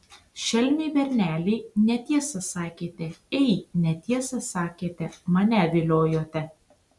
šelmiai berneliai netiesą sakėte ei netiesą sakėte mane viliojote